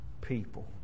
people